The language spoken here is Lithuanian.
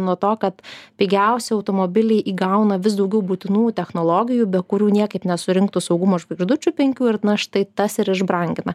nuo to kad pigiausi automobiliai įgauna vis daugiau būtinų technologijų be kurių niekaip nesurinktų saugumo žvaigždučių penkių ir na štai tas ir iš brangina